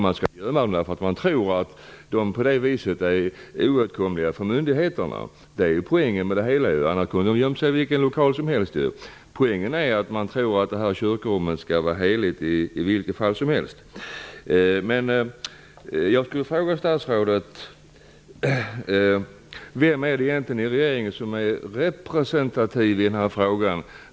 Man gömmer dem för att man tror att de på det sättet är oåtkomliga för myndigheterna. Detta är ju poängen i det hela, för annars kunde de ju gömma sig i vilken lokal som helst. Poängen är att man tror att kyrkorummet skall vara heligt under alla omständigheter. Jag vill fråga statsrådet: Vem i regeringen är det egentligen som är representativ i denna fråga?